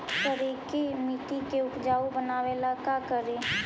करिकी मिट्टियां के उपजाऊ बनावे ला का करी?